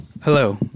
Hello